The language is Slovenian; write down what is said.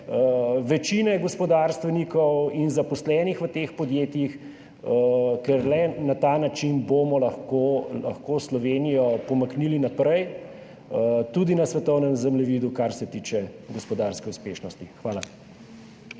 večine gospodarstvenikov in zaposlenih v teh podjetjih, ker bomo le na ta način lahko Slovenijo pomaknili naprej tudi na svetovnem zemljevidu, kar se tiče gospodarske uspešnosti. Hvala.